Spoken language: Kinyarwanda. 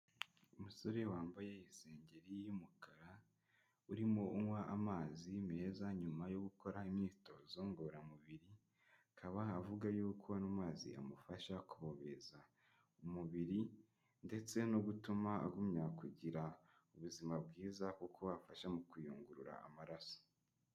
Umusore wambaye isengeri y'umukara, urimo unywa amazi meza nyuma yo gukora imyitozo ngororamubiri, akaba avuga yuko ano mazi amufasha kubobeza umubiri ndetse no gutuma aguma kugira ubuzima bwiza kuko afasha mu kuyungurura amaraso.